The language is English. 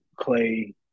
Clay